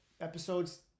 episodes